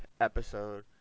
episode